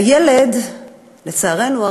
הילד, לצערנו הרב,